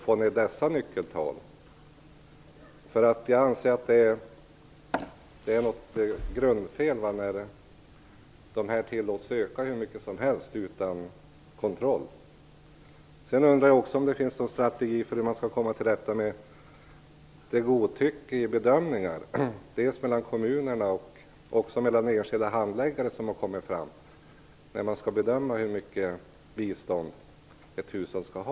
Jag anser att något är i grunden fel när dessa tillåts öka hur mycket som helst, utan någon kontroll. Jag undrar också om det finns någon strategi för hur man skall komma till rätta med det godtycke i bedömningarna som har kommit fram dels mellan kommunerna, dels mellan enskilda handläggare när det gäller att avgöra hur stort bistånd ett hushåll skall ha.